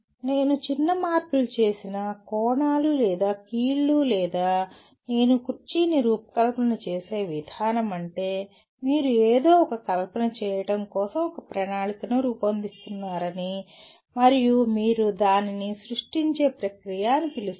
నేను చిన్న మార్పులు చేసినా కోణాలు లేదా కీళ్ళు లేదా నేను కుర్చీని రూపకల్పన చేసే విధానం అంటే మీరు ఏదో ఒక కల్పన చేయడం కోసం ఒక ప్రణాళికను రూపొందిస్తున్నారని మరియు మీరు దానిని సృష్టించే ప్రక్రియ అని పిలుస్తారు